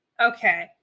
Okay